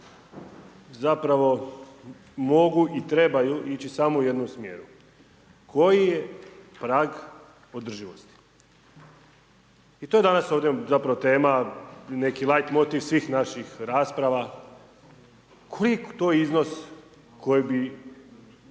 zapravo mogu i trebaju ići samo u jednom smjeru, koji je prag održivosti i je to danas ovdje zapravo tema neki lajtmotiv svih naših rasprava, koji je to iznos koji bi